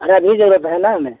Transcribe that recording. अरे अभी ज़रूरत है ना हमें